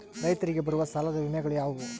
ರೈತರಿಗೆ ಬರುವ ಸಾಲದ ವಿಮೆಗಳು ಯಾವುವು?